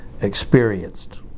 experienced